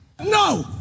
No